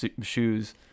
shoes